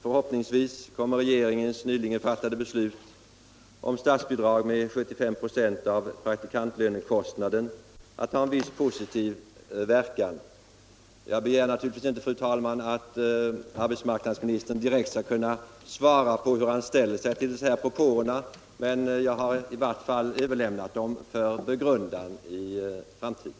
Förhoppningsvis kommer regeringens nyligen fattade beslut om statsbidrag med 75 96 av praktikantlönekostnaden att ha en viss positiv verkan. Jag begär naturligtvis inte, fru talman, att arbetsmarknadsministern direkt skall kunna svara på hur han ställer sig till de här propåerna men jag har i vart fall överlämnat dem för begrundande i framtiden.